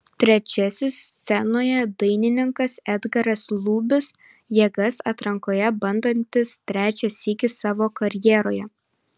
trečiasis scenoje dainininkas edgaras lubys jėgas atrankoje bandantis trečią sykį savo karjeroje